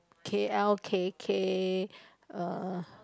K L K K uh